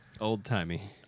Old-timey